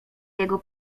jego